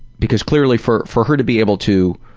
because clearly for for her to be able to